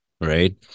right